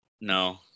No